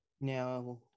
Now